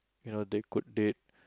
you know they could date